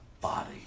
body